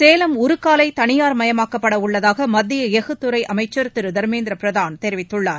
சேலம் உருக்காலை தனியார்மயமாக்கப்பட உள்ளதாக மத்திய எஃகுத்துறை அமைச்சர் திரு தர்மேந்திர பிரதான் தெரிவித்துள்ளார்